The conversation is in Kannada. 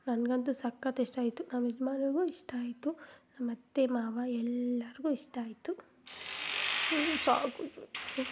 ನನಗಂತು ಸಕ್ಕತ್ತ ಇಷ್ಟ ಆಯ್ತು ನನ್ನ ಯಜಮಾನ್ರಿಗು ಇಷ್ಟ ಆಯ್ತು ನಮ್ಮತ್ತೆ ಮಾವ ಎಲ್ರಿಗೂ ಇಷ್ಟ ಆಯ್ತು ಸಾಕು